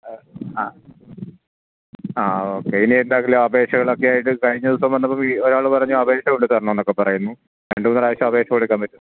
ആ ആ ആ ഓക്കേ ഇനി എന്തെങ്കിലും അപേക്ഷകൾ ഒക്കെ ആയിട്ട് കഴിഞ്ഞ ദിവസം വന്നപ്പോൾ ഒരാൾ പറഞ്ഞു അപേക്ഷ കൊണ്ട് തരണം എന്നൊക്കെ പറയുന്നു രണ്ടു മൂന്നു പ്രാവശ്യം അപേക്ഷ കൊടുക്കാൻ പറ്റുമോ